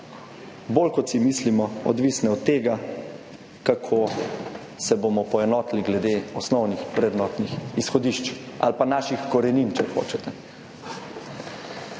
bolj, kot si mislimo, odvisne od tega, kako se bomo poenotili glede osnovnih vrednotnih izhodišč ali pa naših korenin, če hočete.